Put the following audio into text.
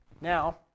Now